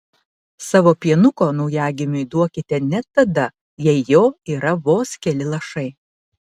savo pienuko naujagimiui duokite net tada jei jo yra vos keli lašai